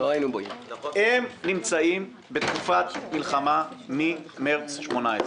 הם נמצאים בתקופת לחימה ממרץ 2018,